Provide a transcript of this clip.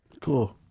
Cool